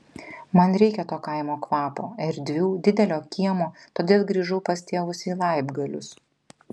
man reikia to kaimo kvapo erdvių didelio kiemo todėl grįžau pas tėvus į laibgalius